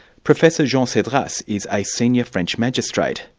professor jean cedras is a senior french magistrate.